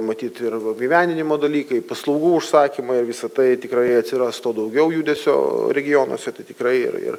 matyt ir apgyvendinimo dalykai paslaugų užsakymai ir visa tai tikrai atsiras to daugiau judesio regionuose tai tikrai ir ir